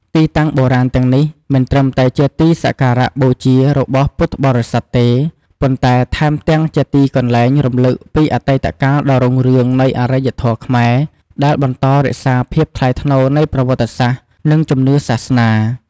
ទីតាំងបុរាណទាំងនេះ មិនត្រឹមតែជាទីសក្ការបូជារបស់ពុទ្ធបរិស័ទទេ ប៉ុន្តែថែមទាំងជាទីកន្លែងរំឭកពីអតីតកាលដ៏រុងរឿងនៃអរិយធម៌ខ្មែរ ដែលបន្តរក្សាភាពថ្លៃថ្នូរនៃប្រវត្តិសាស្ត្រនិងជំនឿសាសនា។